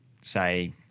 say